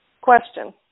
Question